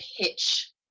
pitch